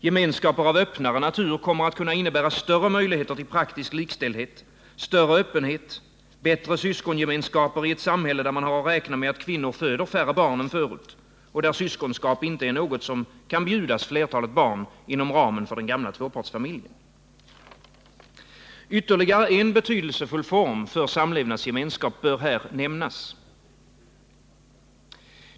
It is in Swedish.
Gemenskaper av öppnare natur kommer att kunna innebära större möjligheter till praktisk likställdhet, större öppenhet, bättre syskongemenskaper i ett samhälle där man har att räkna med att kvinnor föder färre barn än förut och där syskonskap inte är något som kan bjudas flertalet barn inom ramen för den gamla tvåpartsfamiljen. Ytterligare en betydelsefull form för samlevnadsgemenskap bör här nämnas.